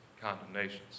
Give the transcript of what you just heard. condemnations